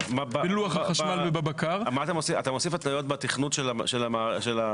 בלוח החשמל והבקר --- אתה מוסיף בתכנות של המחשב?